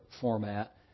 format